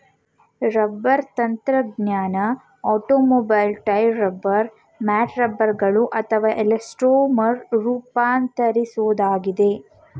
rubber ತಂತ್ರಜ್ಞಾನ automobile tyre rubber mats ರಬ್ಬರ್ಗಳು ಅಥವಾ ಎಲಾಸ್ಟೊಮರ್ ರೂಪಾಂತರಿಸೋದಾಗಿದೆ